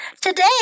Today